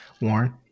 Warren